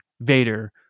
Vader